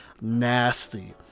nasty